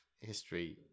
history